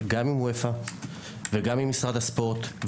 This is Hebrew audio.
חלק מהנוכחים פה גם מכירים את ההבאה של נורה אפטל,